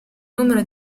numero